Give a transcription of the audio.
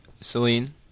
Celine